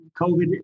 COVID